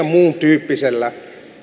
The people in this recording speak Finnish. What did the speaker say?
muun tyyppisellä